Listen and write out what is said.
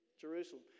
Jerusalem